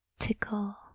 tickle